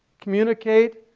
communicate,